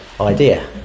idea